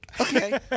Okay